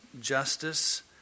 justice